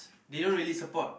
they don't really support